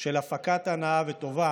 של הפקת הנאה וטובה